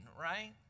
right